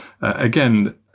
again